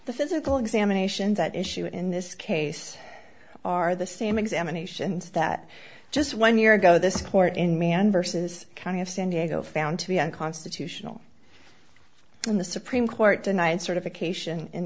the physical examinations at issue in this case are the same examinations that just one year ago this court in man vs county of san diego found to be unconstitutional when the supreme court denied certification in